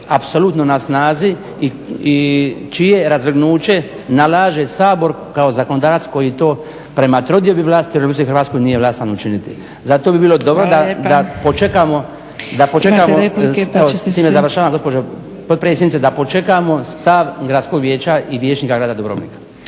apsolutno na snazi i čije razvrgnuće nalaže Sabor kao zakonodavac koji to prema trodiobi vlasti u RH nije vlastan učiniti. Zato bi bilo dobro da počekamo … /Govornici govore u isto vrijeme, ne razumije se./ … gospođo potpredsjednice da počekamo stav gradskog vijeća i Vijećnika grada Dubrovnika.